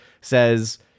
says